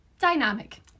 dynamic